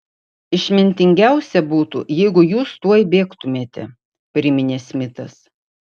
išmintingiausia būtų jeigu jūs tuoj bėgtumėte priminė smitas